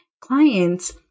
clients